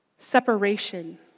separation